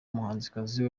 muhanzikazi